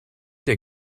der